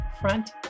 Front